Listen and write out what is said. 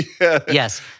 Yes